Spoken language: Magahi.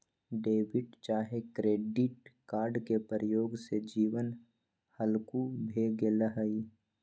डेबिट चाहे क्रेडिट कार्ड के प्रयोग से जीवन हल्लुक भें गेल हइ